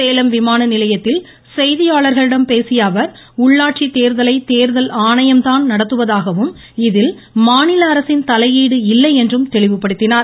சேலம் விமானநிலையத்தில் செய்தியாளர்களிடம் பேசியஅவர் உள்ளாட்சி தேர்தலை தேர்தல் ஆணையம்தான் நடத்துவதாகவும் இதில் மாநில அரசின் தலையீடு இல்லை என்றும் தெளிவுபடுத்தினார்